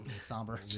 somber